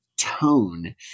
tone